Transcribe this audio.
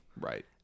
Right